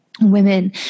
women